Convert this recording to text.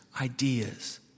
ideas